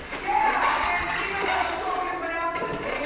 yeah, and even though the song has been out since the eighty